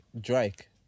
Drake